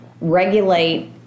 regulate